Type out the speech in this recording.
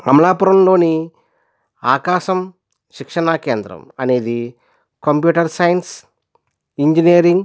అమలాపురంలోని ఆకాశం శిక్షణ కేంద్రం అనేది కంప్యూటర్ సైన్స్ ఇంజనీరింగ్